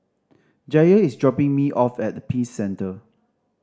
Jair is dropping me off at Peace Centre